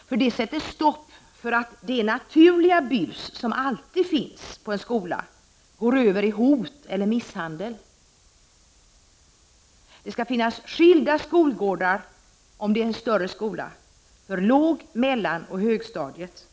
eftersom det sätter stopp för att det naturliga bus som alltid finns på en skola går över i hot eller misshandel. Det skall finnas skilda skolgårdar, om det är en stor skola, för låg-, mellanoch högstadiet.